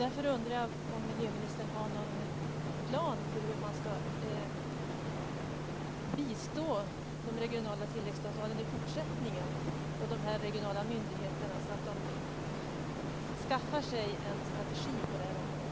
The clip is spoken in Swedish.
Därför undrar jag om miljöministern har någon plan för hur man ska bistå de regionala tillväxtavtalen och de regionala myndigheterna i fortsättningen så att de skaffar sig en strategi på det här området.